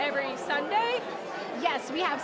every sunday yes we have